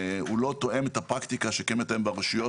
הוא לא תואם את הפרקטיקה שקיימת היום ברשויות.